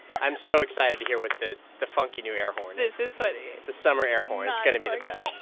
i'm so excited to hear what the the funky new air horn is this is funny the summer air horn. it's going to be the best